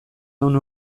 ehun